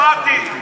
שמעתי.